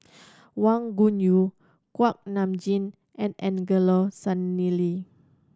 Wang Gungwu Kuak Nam Jin and Angelo Sanelli